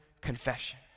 confession